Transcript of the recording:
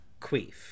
queef